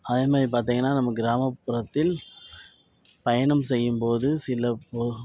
அது மாரி பார்த்திங்கனா நம்ம கிராமபுறத்தில் பயணம் செய்யும் போது சில போது